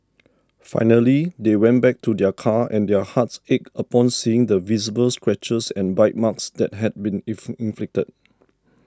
finally they went back to their car and their hearts ached upon seeing the visible scratches and bite marks that had been inflicted